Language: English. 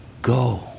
Go